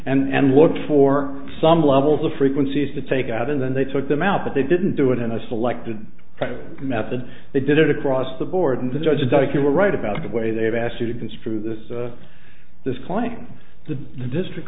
n and looked for some levels of frequencies to take out and then they took them out but they didn't do it in a selective pressure method they did it across the board and the judge that if you were right about the way they've asked you to construe this this client the district